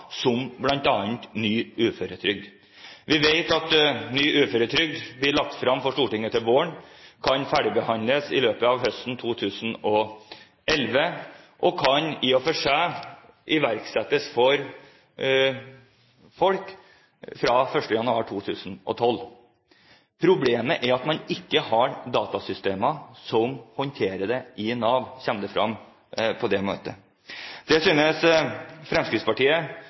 som bl.a. ny uføretrygd. Vi vet at forslag om ny uføretrygd blir lagt fram for Stortinget til våren, at det kan ferdigbehandles i løpet av høsten 2011, og at det i og for seg kan iverksettes for folk fra 1. januar 2012. Problemet er at man ikke har datasystemer som håndterer det i Nav, kom det fram på det møtet. Det synes Fremskrittspartiet